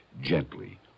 gently